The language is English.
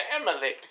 Emily